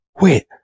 wait